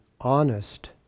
honest